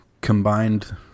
combined